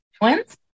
twins